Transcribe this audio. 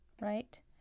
right